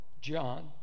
John